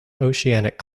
oceanic